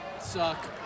suck